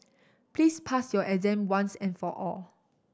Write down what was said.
please pass your exam once and for all